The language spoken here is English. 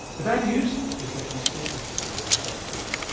the bad news is that you still have to stay off junk food.